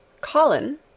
Colin